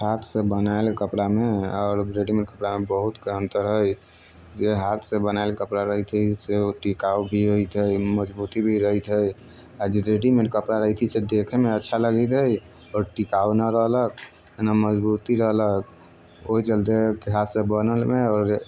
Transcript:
हाथसँ बनायल कपड़ामे आओर रेडिमेड कपड़ामे बहुतके अन्तर है जे हाथसँ बनायल कपड़ा रहै छै से ओ टिकाउ भी रहैत्त है मजबूती भी रहैत है आओर जे रेडीमेड कपड़ा रहै छै से देखैमे अच्छा लगैत है आओर टिकाउ नहि रहलक आओर ने मजबूती रहलक ओहि चलते हाथसँ बनलमे आओर